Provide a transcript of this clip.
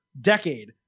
decade